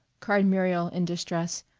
cried muriel in distress.